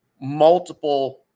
multiple